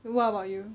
then what about you